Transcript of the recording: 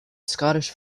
scottish